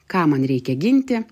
ką man reikia ginti